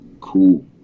cool